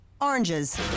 oranges